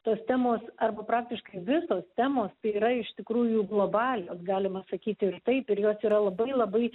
tos temos arba praktiškai visos temos tai yra iš tikrųjų globalios galima sakyti ir taip ir jos yra labai labai